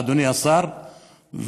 אדוני השר,